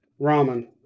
Ramen